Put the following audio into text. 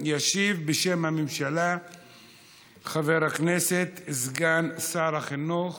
ישיב בשם הממשלה חבר הכנסת סגן שר החינוך,